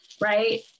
right